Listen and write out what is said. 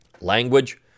language